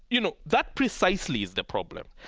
you know, that precisely is the problem.